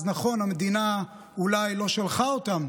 אז נכון, המדינה אולי לא שלחה אותם